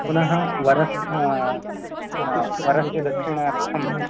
पुनः वरस्य वरस्य दक्षिणार्थम्